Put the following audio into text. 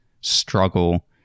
struggle